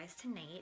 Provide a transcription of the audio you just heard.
tonight